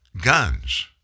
guns